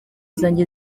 zanjye